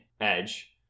edge